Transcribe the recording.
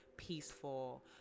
Peaceful